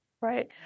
Right